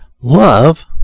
love